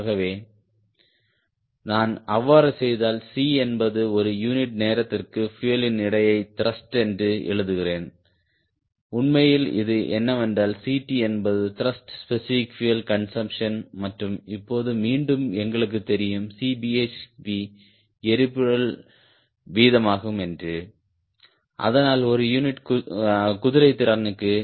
ஆகவே நான் அவ்வாறு செய்தால் C என்பது ஒரு யூனிட் நேரத்திற்கு பியூயலின் எடையை த்ருஷ்ட் என்று எழுதுகிறேன் உண்மையில் இது என்னவென்றால் Ct என்பது த்ருஷ்ட் ஸ்பெசிபிக் பியூயல் கன்சம்ப்ஷன் மற்றும் இப்போது மீண்டும் எங்களுக்கு தெரியும் Cbhp எரிபொருள் வீதமாகும் என்று ஆனால் ஒரு யூனிட் குதிரைத்திறனுக்கு